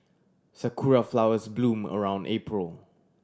sakura flowers bloom around April